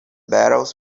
battles